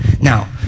Now